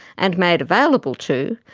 and made available to,